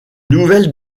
nouvelles